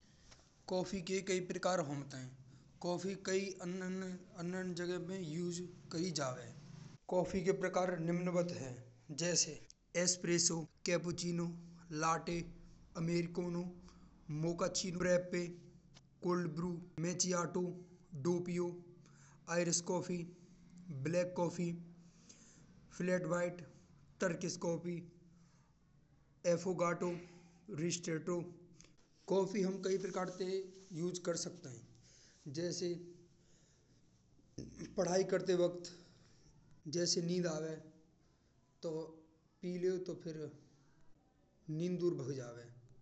कॉफ़ी के कई प्रकार होत हैं। कॉफ़ी कई अन अन्य अन अन्न जगह में उसे कई जावै। कॉफ़ी के प्रकार निम्नवत हैं जैसे espresso, cappuccino, latte, americano, mocha चि रेप्पे, cold brew, macchiato. Doppio, Irish coffee, black coffee, flat white, Turkish coffee, affogato, ristretto. Coffee हम कई प्रकार तै उपयोग कर सकत हैं। जैसे पढ़ाई करत वक्त जैसे नींद आवे तो पी लयो तो फिर नींद दूर भाग जावै।